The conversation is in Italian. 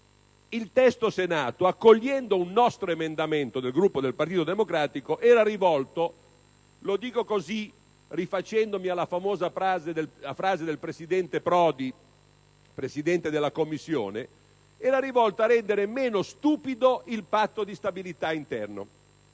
dal Senato, accogliendo un emendamento del gruppo del Partito Democratico, era rivolto (lo dico rifacendomi alla famosa frase del presidente Prodi, allora presidente della Commissione europea) a rendere meno stupido il Patto di stabilità interno.